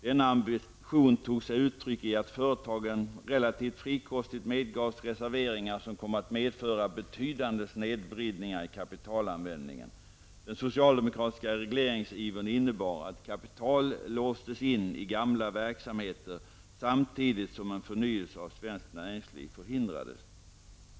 Denna ambition tog sig uttryck i att företagen relativt frikostigt medgavs reserveringar som kom att medföra betydande snedvridningar i kapitalanvändningen. Den socialdemokratiska regleringsivern innebar att kapital låstes in i gamla verksamheter samtidigt som en förnyelse av svenskt näringsliv förhindrades.